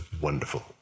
wonderful